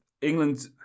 England